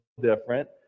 different